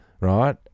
right